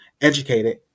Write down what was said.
educated